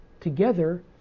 together